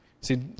See